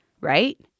Right